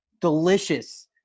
delicious